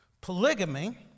Polygamy